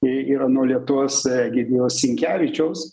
yra nuo lietuos egidijaus sinkevičiaus